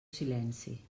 silenci